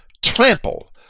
trample